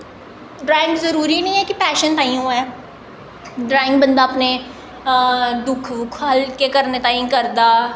drawing जरूरी निं ऐ कि पैशन ताहीं होऐ ड्राईंग बंदा अपने दुक्ख हल्ल करने ताहीं करदा